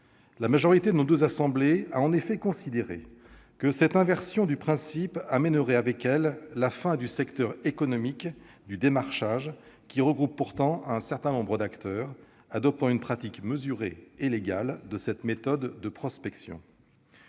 des membres de nos deux assemblées a en effet considéré que cette inversion du principe entraînerait la fin du secteur économique du démarchage, qui regroupe pourtant un certain nombre d'acteurs suivant une pratique mesurée et légale de cette méthode de prospection.